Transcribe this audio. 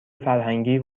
فرهنگی